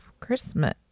Christmas